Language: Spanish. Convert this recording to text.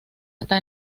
está